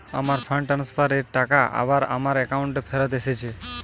আমার fund transfer এর টাকা আবার আমার একাউন্টে ফেরত এসেছে